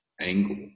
angle